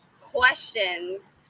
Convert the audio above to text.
questions